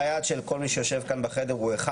מי שיושב כאן בחדר הוא אחד: